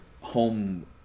home